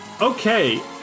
Okay